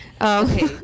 okay